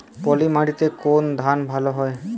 পলিমাটিতে কোন ধান ভালো হয়?